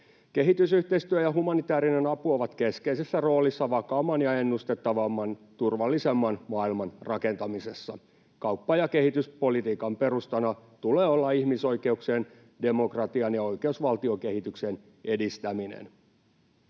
Kehitysyhteistyö ja humanitäärinen apu ovat keskeisessä roolissa vakaamman ja ennustettavamman, turvallisemman, maailman rakentamisessa. Kaupan ja kehityspolitiikan perustana tulee olla ihmisoikeuksien, demokratian ja oikeusvaltiokehityksen edistäminen.